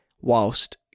whilst